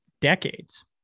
decades